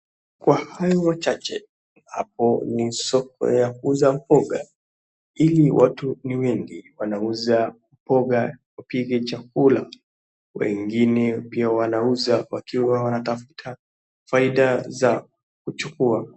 Kwa hayo machache hapo ni soko ya kuuza mboga ili watu ni wengi wanauza mboga wapike chakula, wengine pia wanauza wakiwa wanatafuta faida ya kuchukua.